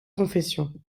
confession